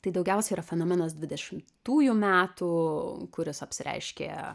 tai daugiausiai yra fenomenas dvidešimtųjų metų kuris apsireiškia